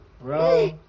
bro